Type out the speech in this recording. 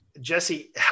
Jesse